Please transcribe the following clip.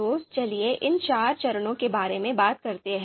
तो चलिए इन चार चरणों के बारे में बात करते हैं